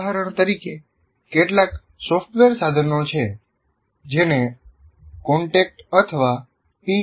ઉદાહરણ તરીકે કેટલાક સોફ્ટવેર સાધનો છે જેને કોન્ટેક્ટ અથવા પી